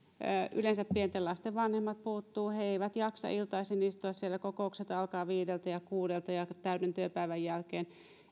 yleensä pienten lasten vanhemmat puuttuvat he he eivät jaksa iltaisin istua siellä kun kokoukset alkavat viideltä ja kuudelta niin täyden työpäivän jälkeen